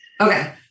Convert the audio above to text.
Okay